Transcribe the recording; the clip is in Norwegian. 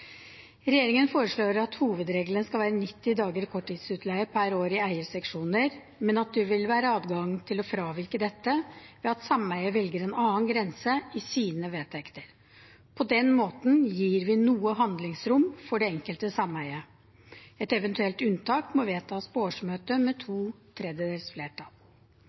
Regjeringen foreslår at hovedregelen skal være 90 dager korttidsutleie per år i eierseksjoner, men at det vil være adgang til å fravike dette ved at sameiet velger en annen grense i sine vedtekter. På den måten gir vi noe handlingsrom for det enkelte sameie. Et eventuelt unntak må vedtas på årsmøtet med to tredjedels flertall.